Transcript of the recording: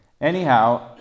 Anyhow